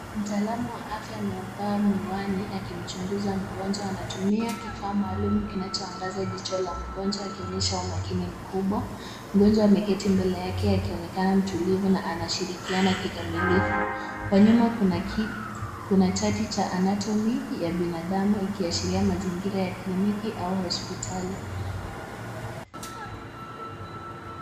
Mtaalamu wa afya amevaa miwani akimchunguza mgonjwa anatumia kifaa maalum kinachoangaza jicho la mgonjwa akionyesha umakini mkubwa. Mgonjwa ameketi mbele yake akionekana mtulivu na anashirikiana kikamilifu. Kwa nyuma kuna chati cha anatomy ya binadamu ikiashiria mazingira ya kliniki au hospitali.